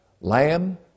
lamb